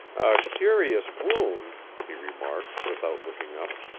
a curious wound, he remarked, without looking up.